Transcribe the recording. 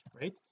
right